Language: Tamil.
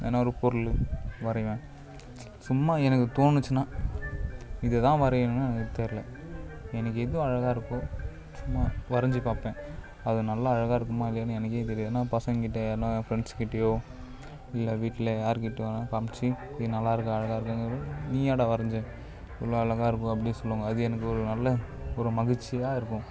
ஏன்னா ஒரு பொருள் வரைவேன் சும்மா எனக்கு தோணிச்சின்னா இதுதான் வரையணுனா எனக்கு தெரில எனக்கு எது அழகாக இருக்கோ சும்மா வரைஞ்சு பார்ப்பேன் அது நல்லா அழகாக இருக்குமா இல்லையானு எனக்கே தெரியாது ஏன்னா பசங்ககிட்ட யார்னா ஃப்ரெண்ட்ஸ் கிட்டயோ இல்லை வீட்டில் யார்கிட்ட வேணால் காண்மிச்சு நல்லாயிருக்கா அழகாக இருக்கா நீயாடா வரைஞ்சே இவ்வளோ அழகாக இருக்குது அப்படின் சொல்லுவாங்க அது எனக்கு ஒரு நல்ல ஒரு மகிழ்ச்சியாக இருக்கும்